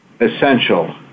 essential